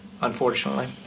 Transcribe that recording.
unfortunately